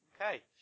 Okay